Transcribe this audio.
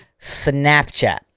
Snapchat